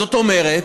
זאת אומרת,